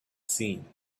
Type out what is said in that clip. seen